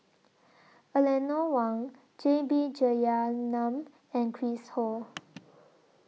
Eleanor Wong J B Jeyaretnam and Chris Ho